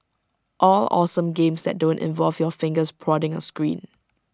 all awesome games that don't involve your fingers prodding A screen